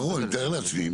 ברור, אני מתאר לעצמי.